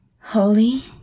holy